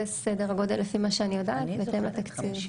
זה סדר הגודל לפי מה שאני יודעת בהתאם לתקציב.